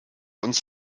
uns